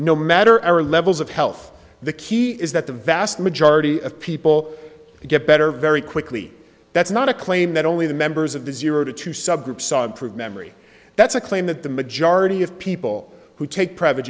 no matter our levels of health the key is that the vast majority of people get better very quickly that's not a claim that only the members of the zero to two subgroup saw improve memory that's a claim that the majority of people who take private